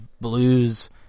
blues